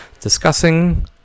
discussing